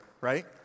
right